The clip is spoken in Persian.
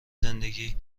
زندگی